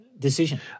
Decision